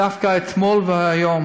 דווקא אתמול והיום